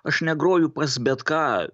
aš negroju pas bet ką